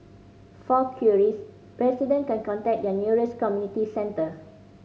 for queries resident can contact their nearest community centre